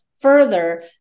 further